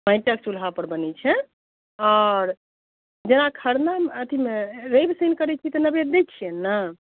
माटिके चूल्हापर बनै छै आओर जेना खरना अथीमे रवि शनि करै छिए तऽ नेवैद्य दै छिए ने